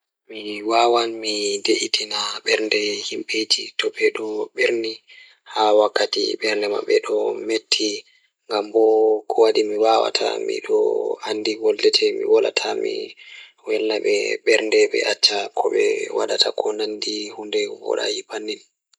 Mi wawan mi de'itina waɗataa jaɓde toɓɓere fowrude ceɗɗere kala ngal rewɓe ngal. Ko ndee, ngal toɓɓere ngal o waawataa waɗi ngam njiddaade ngal njam ngal yimɓe e waɗude ɓandu-ɓandu ngam waɗude ngal moƴƴaare ngal nguurndam ngal.